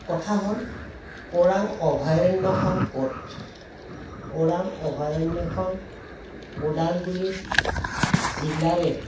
কথা হ'ল ওৰাং অভয়াৰণ্যখন ক'ত ওৰাং অভয়াৰণ্যখন ওদালগুৰি জিলাৰে